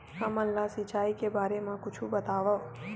हमन ला सिंचाई के बारे मा कुछु बतावव?